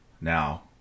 Now